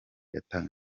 yatawe